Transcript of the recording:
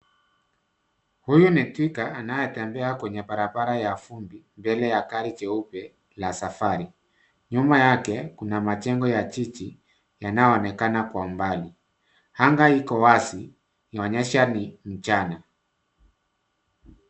Huyu ni twiga anayetembea kwenye barabara ya vumbi mbele ya gari jeupe la safari. Nyuma yake kuna majengo ya jiji yanaonekana kwa mbali. Anga iko wazi kuonyesha ni mchana.